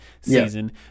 season